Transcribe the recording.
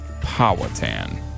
Powhatan